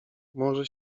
może